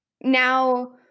now